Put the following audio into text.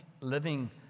living